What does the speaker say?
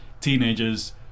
teenagers